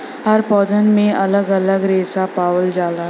हर पौधन में अलग अलग रेसा पावल जाला